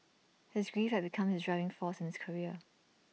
his grief had become his driving force in his career